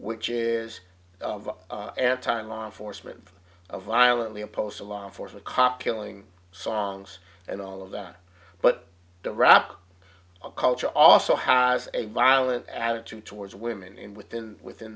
which is anti law enforcement violently opposed to law enforcement cop killing songs and all of that but the rap culture also has a violent attitude towards women in within within